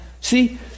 See